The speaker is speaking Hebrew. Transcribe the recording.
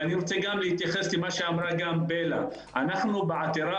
ואני רוצה להתייחס גם למה שאמרה בלה: אנחנו בעתירה,